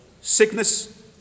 sickness